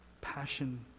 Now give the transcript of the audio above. passion